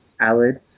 alid